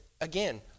again